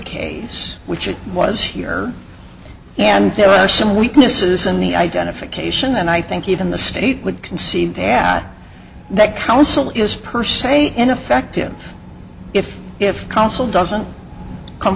case which it was here and there are some weaknesses in the identification and i think even the state would concede that counsel is per se ineffective if if counsel doesn't come